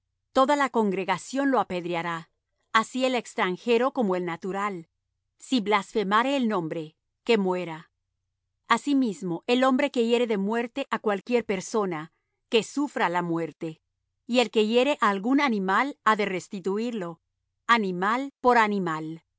toda la congregación lo apedreará así el extranjero como el natural si blasfemare el nombre que muera asimismo el hombre que hiere de muerte á cualquiera persona que sufra la muerte y el que hiere á algún animal ha de restituirlo animal por animal